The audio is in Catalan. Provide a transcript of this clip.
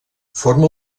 forma